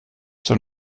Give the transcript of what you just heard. zur